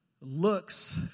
looks